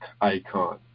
icon